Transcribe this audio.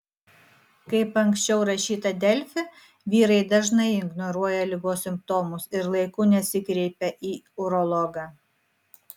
kaip anksčiau rašyta delfi vyrai dažnai ignoruoja ligos simptomus ir laiku nesikreipia į urologą